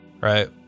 Right